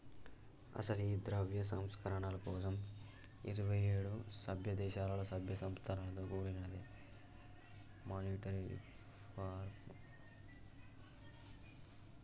అసలు ఈ ద్రవ్య సంస్కరణల కోసం ఇరువైఏడు సభ్య దేశాలలో సభ్య సంస్థలతో కూడినదే మానిటరీ రిఫార్మ్